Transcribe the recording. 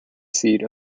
seat